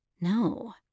No